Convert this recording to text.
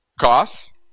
costs